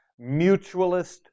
mutualist